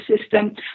system